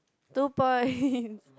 two points